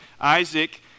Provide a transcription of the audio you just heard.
Isaac